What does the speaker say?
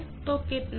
तो कितना है